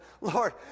Lord